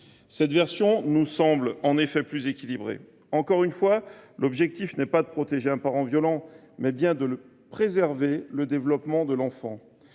Cette version nous semble plus équilibrée. Encore une fois, l’objectif est non pas de protéger un parent violent, mais bien de préserver le développement de l’enfant.